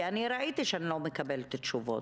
כי ראיתי שאני לא מקבלת תשובות.